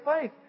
faith